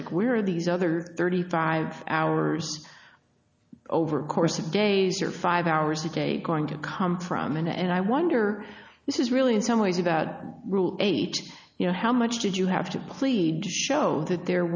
like where are these other thirty five hours over the course of days or five hours a day going to come from and i wonder this is really in some ways about rule eight you know how much did you have to plead to show that there